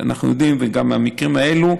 אנחנו יודעים, וגם מהמקרים האלה,